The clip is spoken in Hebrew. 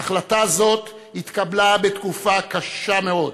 ההחלטה הזאת התקבלה בתקופה קשה מאוד,